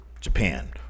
Japan